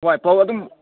ꯍꯣꯏ ꯄꯥꯎ ꯑꯗꯨꯝ